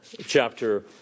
chapter